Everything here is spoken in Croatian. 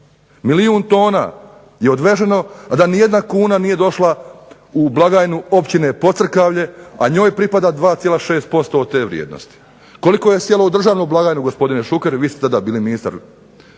Milijun tona je odvezeno, a da nijedna kuna nije došla u blagajnu Općine Pocrkavlje, a njoj pripada 2,6% od te vrijednosti. Koliko je sjelo u državnu blagajnu gospodine Šuker, vi ste tada bili ministar